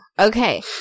Okay